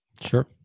Sure